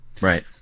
Right